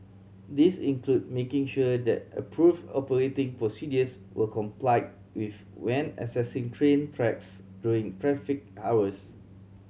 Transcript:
these include making sure that approved operating procedures were complied with when accessing train tracks during traffic hours